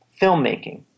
filmmaking